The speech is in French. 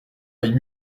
aille